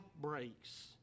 breaks